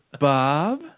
Bob